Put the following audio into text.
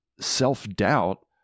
self-doubt